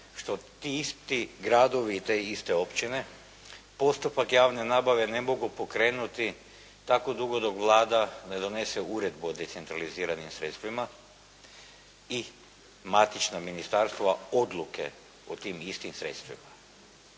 što ti isti gradovi i te iste općine postupak javne nabave ne mogu pokrenuti tako dugo dok Vlada ne donese uredbu o decentraliziranim sredstvima i matična ministarstva odluke o tim istim sredstvima.